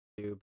YouTube